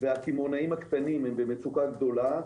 והקמעונאים הקטנים הם במצוקה גדולה.